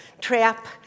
trap